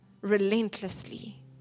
relentlessly